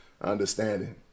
understanding